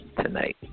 tonight